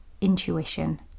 intuition